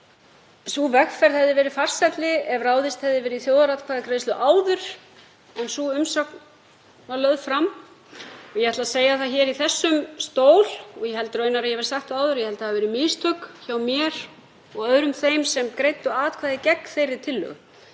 sú vegferð hefði verið farsælli ef ráðist hefði verið í þjóðaratkvæðagreiðslu áður en sú umsókn var lögð fram. Ég ætla að segja það hér í þessum stól, og ég held raunar að ég hafi sagt það áður, að ég held að það hafi verið mistök hjá mér og öðrum þeim sem greiddu atkvæði gegn þeirri tillögu